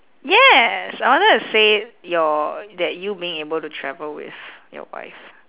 yes I wanted to say your that you being able to travel with your wife